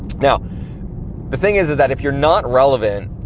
yeah the thing is is that if you're not relevant,